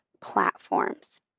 platforms